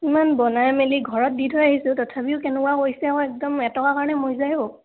ইমান বনাই মেলি ঘৰত দি থৈ আহিছোঁ তথাপিও কেনেকুৱা কৰিছে আকৌ একদম এটকাৰ কাৰণে মৰি যায় অঁ